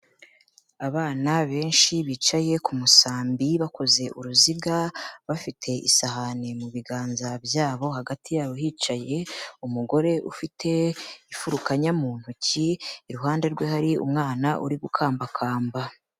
Abana benshi bicaye ku musambi bakoze uruziga, bafite isahani mu biganza byabo, hagati yabo hicaye umugore ufite ifurukanya mu ntoki, iruhande rwe hari umwana uri gukambakamba.